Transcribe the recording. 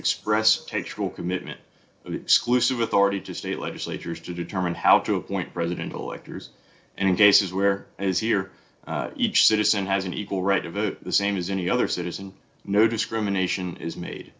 express commitment exclusive authority to state legislatures to determine how to point president electors and in cases where as here each citizen has an equal right to vote the same as any other citizen no discrimination is made